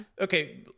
Okay